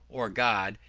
or god,